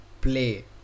play